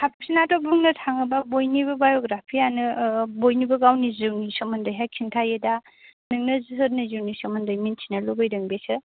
साबसिनाथ' बुंनो थाङोब्ला बयनिबो बाय'ग्राफि आनो बयनिबो गावनि जिउनि सोमोन्दै हाय खिन्थायो दा नोंनो सोरनि जिउनि सोमोन्दै मोनथिनो लुबैदों बेसो